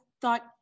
thought